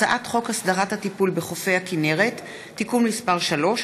הצעת חוק הסדרת הטיפול בחופי הכינרת (תיקון מס' 3),